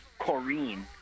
Corrine